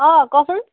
অ ক'চোন